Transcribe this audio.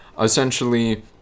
Essentially